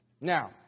Now